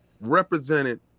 represented